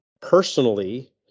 personally